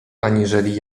aniżeli